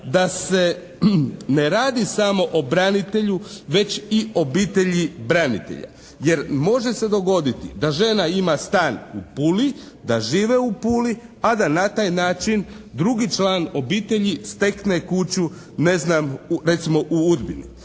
da se ne radi samo o branitelju već i o obitelji branitelja. Jer može se dogoditi da žena ima stan u Puli, da žive u Puli a da na taj način drugi član obitelji stekne kuću ne znam, recimo u Udbini.